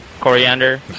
coriander